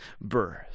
birth